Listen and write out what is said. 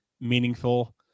meaningful